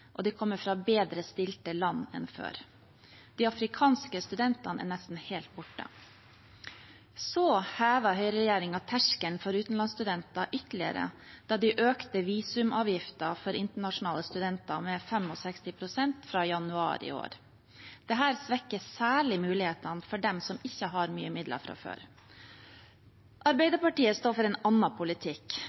og de kommer fra bedre stilte land enn før. De afrikanske studentene er nesten helt borte. Så hevet Høyre-regjeringen terskelen for utenlandsstudenter ytterligere da de økte visumavgiften for internasjonale studenter med 65 pst. fra januar i år. Dette svekker særlig mulighetene for dem som ikke har mye midler fra før. Arbeiderpartiet står for en annen politikk.